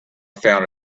found